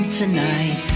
tonight